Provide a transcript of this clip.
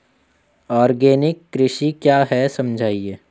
Organic कृषि क्या है समझाइए?